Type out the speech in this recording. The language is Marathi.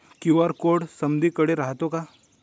क्यू.आर कोड समदीकडे रायतो का?